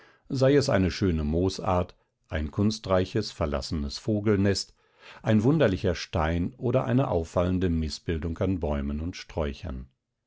sei es eine schöne moosart ein kunstreiches verlassenes vogelnest ein wunderlicher stein oder eine auffallende mißbildung an bäumen und sträuchern